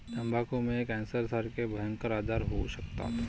तंबाखूमुळे कॅन्सरसारखे भयंकर आजार होऊ शकतात